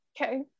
Okay